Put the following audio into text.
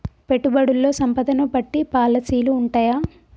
పెట్టుబడుల్లో సంపదను బట్టి పాలసీలు ఉంటయా?